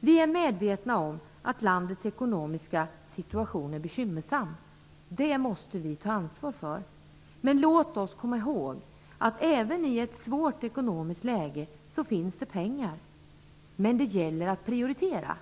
Vi är medvetna om att landets ekonomiska situation är bekymmersam. Det måste vi ta ansvar för. Låt oss komma ihåg att även i ett svårt ekonomiskt läge finns det pengar, men det gäller att prioritera.